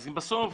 אז בסוף